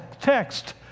text